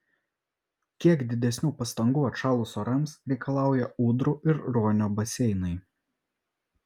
kiek didesnių pastangų atšalus orams reikalauja ūdrų ir ruonio baseinai